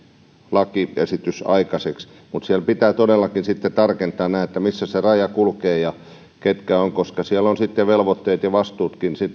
lakiesitys aikaiseksi mutta siellä pitää todellakin tarkentaa nämä missä se raja kulkee ja ketkä ovat koska siellä on velvoitteet ja vastuutkin